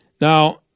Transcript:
Now